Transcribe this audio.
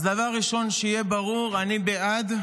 אז דבר ראשון, שיהיה ברור: אני בעד.